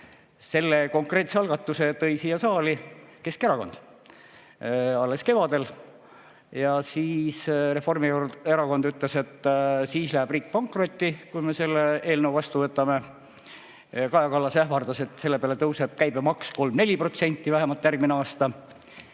Selle konkreetse algatuse tõi siia saali Keskerakond alles kevadel ja siis Reformierakond ütles, et siis läheb riik pankrotti, kui me selle eelnõu vastu võtame. Kaja Kallas ähvardas, et selle peale tõuseb käibemaks 3–4% vähemalt järgmine aasta.